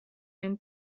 and